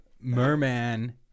Merman